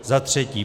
Za třetí.